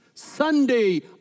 Sunday